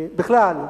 בכלל,